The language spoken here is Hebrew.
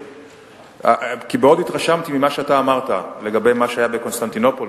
מאוד התרשמתי ממה שאמרת לגבי מה שהיה בקונסטנטינופול.